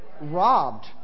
Robbed